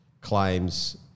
claims